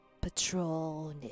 patrol